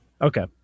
Okay